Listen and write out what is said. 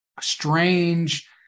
strange